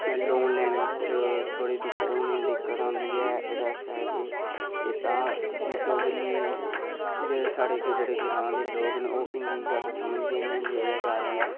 loan लेने च थोह्ड़ी दिक्कत औंदी ऐ एह्दे आस्तै कि एह् तां एह् डोगरी साढ़े जेह्ड़े ग्रांऽ दे लोक न ओह् हिंदी घट्ट समझदे न जेह्दे कारण